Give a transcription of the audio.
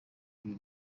ibi